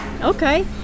okay